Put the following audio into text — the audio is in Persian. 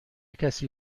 کسی